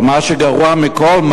אבל מה שגרוע מכול,